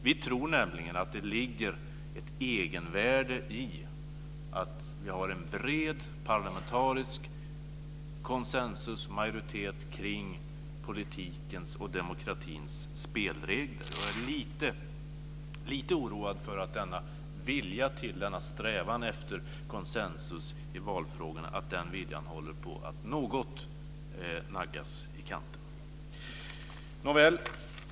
Vi tror att det ligger ett egenvärde i att ha en bred parlamentarisk konsensus, majoritet, kring politikens och demokratins spelregler. Jag är lite oroad för att den vilja till denna strävan efter konsensus i valfrågorna håller på att något naggas i kanten. Nåväl.